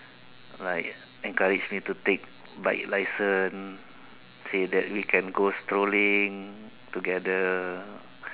like encourage me to take bike license say that can go strolling together